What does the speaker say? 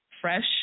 fresh